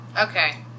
okay